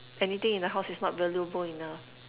anything in the house is not valuable enough